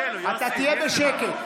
לא, אתה תהיה בשקט.